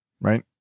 right